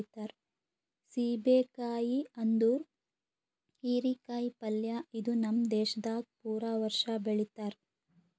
ಸೀಬೆ ಕಾಯಿ ಅಂದುರ್ ಹೀರಿ ಕಾಯಿ ಪಲ್ಯ ಇದು ನಮ್ ದೇಶದಾಗ್ ಪೂರಾ ವರ್ಷ ಬೆಳಿತಾರ್